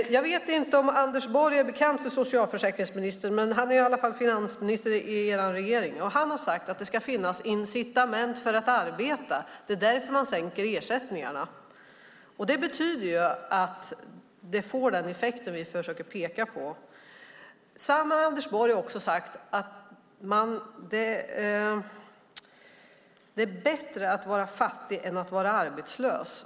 Jag vet inte om Anders Borg är bekant för socialförsäkringsministern, men han är i alla fall finansminister i er regering. Han har sagt att det ska finnas incitament för att arbeta. Det är därför man sänker ersättningarna. Det betyder att det får den effekt vi försöker peka på. Samme Anders Borg har också sagt att det är bättre att vara fattig än att vara arbetslös.